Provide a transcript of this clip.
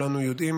כולנו יודעים,